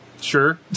Sure